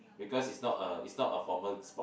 because it's not a it's not a formal sport